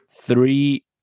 three